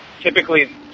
typically